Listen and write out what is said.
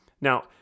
Now